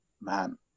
man